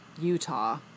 Utah